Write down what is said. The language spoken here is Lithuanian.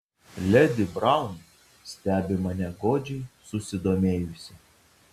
ledi braun stebi mane godžiai susidomėjusi